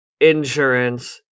insurance